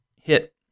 hit